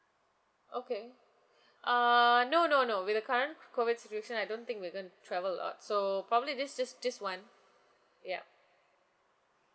okay err no no no with the current co~ COVID situation I don't think we're gonna travel a lot so probably this is just this [one] yup